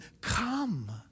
come